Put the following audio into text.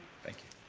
thank you.